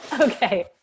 Okay